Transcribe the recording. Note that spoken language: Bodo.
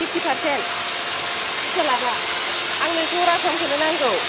फिफति पारसेन्ट बुरजा लाबा आंनो जराथामखौनो नांगौ